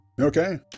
Okay